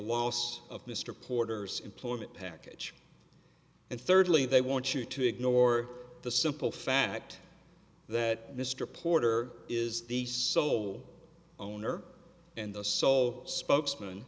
loss of mr porter's employment package and thirdly they want you to ignore the simple fact that mr porter is the sole owner and the sole spokesman